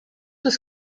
was